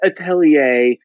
atelier